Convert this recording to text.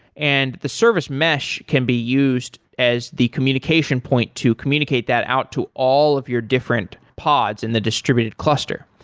and the service mesh can be used as the communication point to communicate that out to all of your different pods in the distributed cluster.